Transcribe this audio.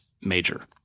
major